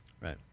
Right